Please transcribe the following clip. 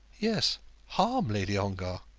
yes harm, lady ongar.